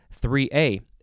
3a